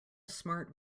smart